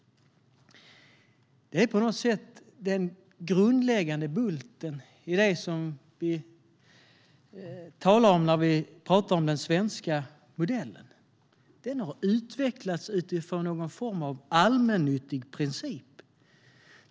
Det är på något sätt grunden i det som vi menar när vi talar om den svenska modellen. Den har utvecklats utifrån en allmännyttig princip.